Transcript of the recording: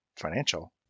financial